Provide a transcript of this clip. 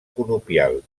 conopial